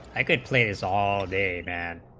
i could play is all day event